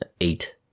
eight